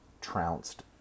trounced